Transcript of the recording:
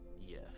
Yes